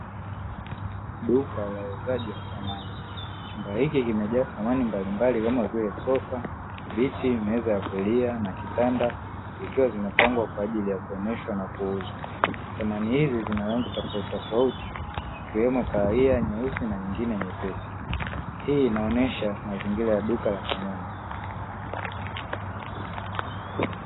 Duka la wauzaji wa samani, chumba hiki kimejaa samani mbalimbali kama vile sofa, viti vya kulia, na vitanda, zikiwa zimepangwa kwa ajili ya kuoneshwa na kuuzwa; samani hizi zina rangi tofauti tofauti, ikiwemo nyeusi na nyingine nyepesi. Hii inaonyesha mazingira ya duka la samani.